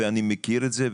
אני מכיר את זה,